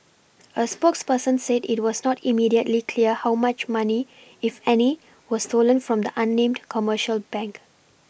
a spokesperson said it was not immediately clear how much money if any was stolen from the unnamed commercial bank